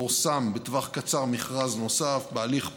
פורסם בטווח קצר מכרז נוסף בהליך פומבי,